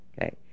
Okay